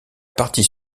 partie